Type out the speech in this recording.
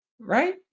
right